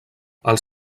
els